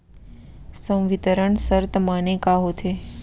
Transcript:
संवितरण शर्त माने का होथे?